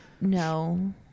no